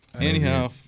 Anyhow